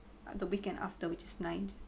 uh the weekend after which is ninth